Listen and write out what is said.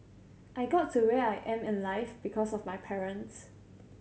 I got to where I am in life because of my parents